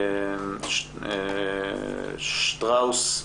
שטראוס גרופ,